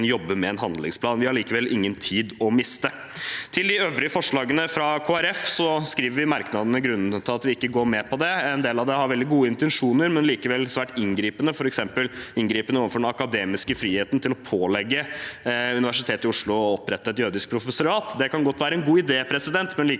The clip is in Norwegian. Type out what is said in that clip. jobber med en handlingsplan. Vi har ingen tid å miste. Når det gjelder de øvrige forslagene fra Kristelig Folkeparti, skriver vi i merknadene grunnene til at vi ikke går med på dem. En del av dem har veldig gode intensjoner, men er likevel svært inngripende. For eksempel er det inngripende overfor den akademiske friheten å pålegge Universitetet i Oslo å opprette et jødisk professorat. Det kan godt være en god idé, men